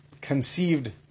conceived